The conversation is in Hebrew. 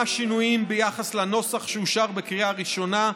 שינויים ביחס לנוסח שאושר בקריאה ראשונה,